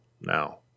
now